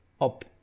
up